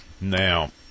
now